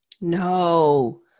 no